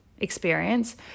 experience